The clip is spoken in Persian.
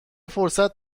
فرصت